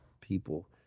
people